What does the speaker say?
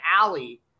alley